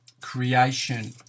creation